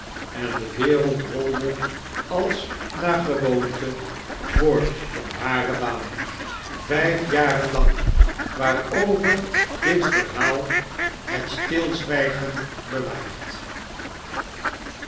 en de wereld rolde als naar gewoonte voort op hare baan vijf jarenlang waarover dit verhaal het stilzwijgen bewaart